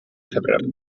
febrer